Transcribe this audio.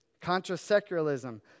Contra-secularism